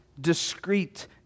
discreet